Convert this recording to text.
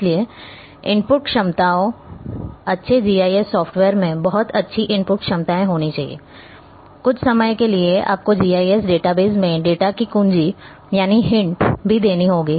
इसलिए इनपुट क्षमताओं अच्छे जीआईएस सॉफ्टवेयर में बहुत अच्छी इनपुट क्षमताएं होनी चाहिए कुछ समय के लिए आपको GIS डेटाबेस में डेटा की कुंजी भी देनी होगी